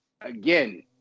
again